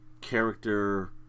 character